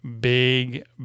big